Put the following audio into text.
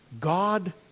God